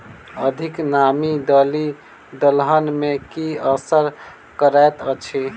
अधिक नामी दालि दलहन मे की असर करैत अछि?